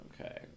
Okay